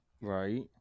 right